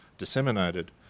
Disseminated